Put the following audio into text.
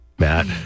Matt